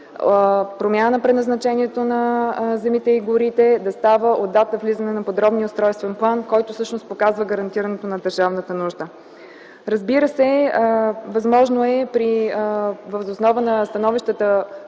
Промяната на предназначението на земите и горите да става от датата на влизане на подробния устройствен план, който всъщност показва гарантирането на държавната нужда. Разбира се, възможно е въз основа на становищата,